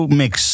mix